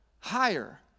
higher